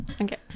okay